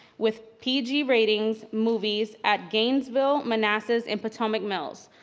with pg ratings, movies at gainesville, manassas, and potomac mills.